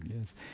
yes